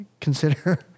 consider